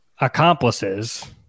accomplices